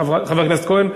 חבר הכנסת כהן,